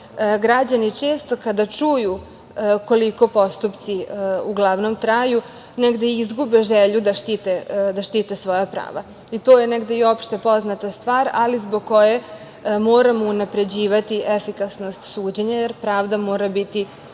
građani često kada čuju koliko postupci uglavnom traju, negde izgube želju da štite svoja prava. To je negde i opštepoznata stvar, ali zbog koje moramo unapređivati efikasnost suđenja, jer pravda mora biti